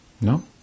No